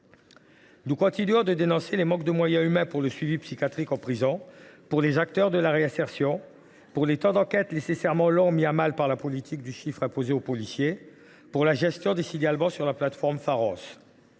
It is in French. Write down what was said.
Nous continuons de dénoncer les manques de moyens humains dédiés au suivi psychiatrique en prison, aux acteurs de la réinsertion, au temps d’enquête, nécessairement long, mis à mal par la politique du chiffre imposée aux policiers, ou encore à la gestion des signalements sur la plateforme